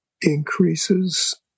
increases